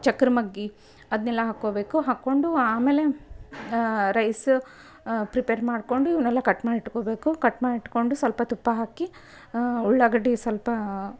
ಚಕ್ರ ಮೊಗ್ಗು ಅದನೆಲ್ಲ ಹಾಕ್ಕೊಬೇಕು ಹಾಕ್ಕೊಂಡು ಆಮೇಲೆ ರೈಸ್ ಪ್ರಿಪೇರ್ ಮಾಡಿಕೊಂಡು ಇವನೆಲ್ಲ ಕಟ್ ಮಾಡಿ ಇಟ್ಕೋಬೇಕು ಕಟ್ ಮಾಡಿಟ್ಕೋಂಡು ಸ್ವಲ್ಪ ತುಪ್ಪ ಹಾಕಿ ಉಳ್ಳಾಗಡ್ಡಿ ಸ್ವಲ್ಪಾ